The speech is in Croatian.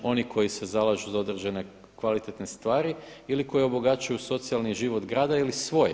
Oni koji se zalažu za određene kvalitetne stvari ili koji obogaćuju socijalni život grada ili svoj.